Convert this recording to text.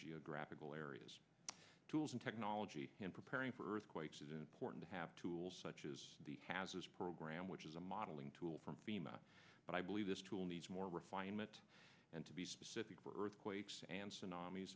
geographical areas tools and technology in preparing for earth quakes is important to have tools such as the hazards program which is a modeling tool from fema but i believe this tool needs more refinement and to be specific for earthquakes and